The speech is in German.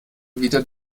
wieder